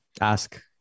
ask